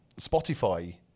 Spotify